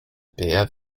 bär